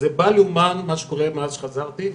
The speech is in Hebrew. זה לא יאומן מה שקורה מאז שחזרתי.